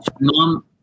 Mom